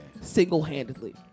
Single-handedly